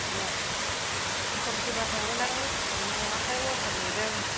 ए मथर फैबा थांगोन आं मथर मोनाखै मथर नेदों